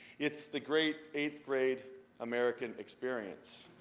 it's the great eighth grade american experience